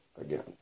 again